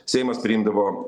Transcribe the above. seimas priimdavo